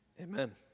Amen